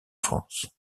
france